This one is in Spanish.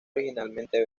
originalmente